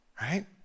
right